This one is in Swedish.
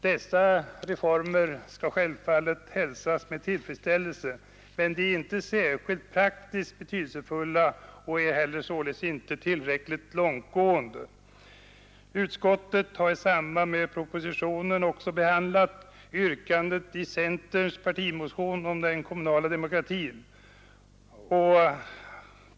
Dessa reformer skall hälsas med tillfredsställelse, men de är inte särskilt praktiskt betydelsefulla och är således inte heller tillräckligt långtgående. Utskottet har i samband med propositionen också behandlat yrkandet i centerns partimotion om den kommunala demokratin.